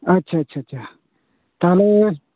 ᱟᱪᱷᱪᱷᱟ ᱪᱷᱟ ᱪᱷᱟ ᱛᱟᱦᱚᱞᱮ